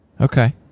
Okay